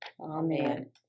Amen